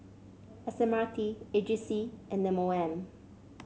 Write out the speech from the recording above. S M R T A G C and M O M